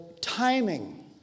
timing